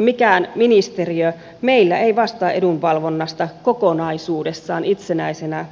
mikään ministeriö meillä ei vastaa edunvalvonnasta kokonaisuudessaan itsenäisenä